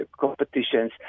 competitions